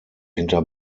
hinter